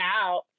out